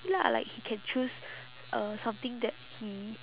lah like he can choose uh something that he